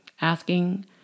asking